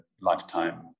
lifetime